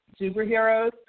superheroes